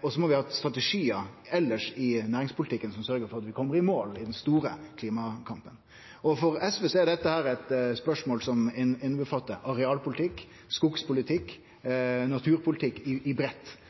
og så må vi ha strategiar elles i næringspolitikken som sørgjer for at vi kjem i mål i den store klimakampen. For SV er dette eit spørsmål som omfattar arealpolitikk, skogpolitikk – naturpolitikk i breitt. Vi ønskjer eit auka uttak og ei større utnytting av trevirke i